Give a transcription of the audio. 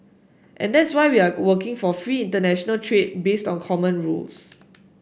and that's why we are working for free international trade based on common rules